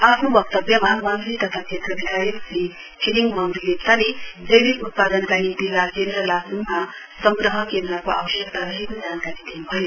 आफ्नो वक्तव्यमा मन्त्री तथा क्षेत्र विधायक श्री छिरिङ वाङदी लेप्चाले जैविक उत्पादनका निम्ति लाचेन र लाच्ङमा संग्रह केन्द्रको आवश्यकता रहेको जानकारी दिन्भयो